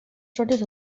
sorted